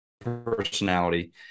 personality